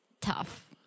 tough